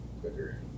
quicker